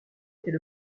était